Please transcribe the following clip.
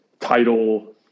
title